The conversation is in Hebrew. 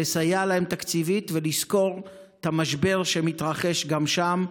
לסייע להם תקציבית ולזכור את המשבר שמתרחש גם שם.